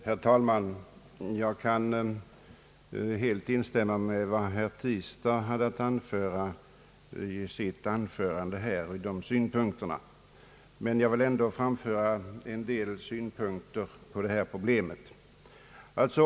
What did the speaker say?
Herr talman! Jag kan helt instämma i herr Tistads anförande, men jag vill ändå framföra några synpunkter på detta problem.